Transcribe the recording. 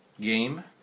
game